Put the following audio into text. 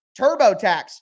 TurboTax